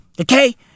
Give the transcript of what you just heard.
Okay